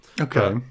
Okay